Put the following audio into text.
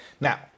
Now